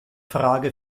frage